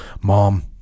Mom